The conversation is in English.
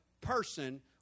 person